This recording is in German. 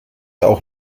auch